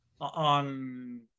on